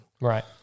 Right